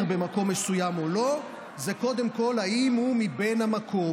במקום מסוים או לא זה קודם כול אם הוא בן המקום.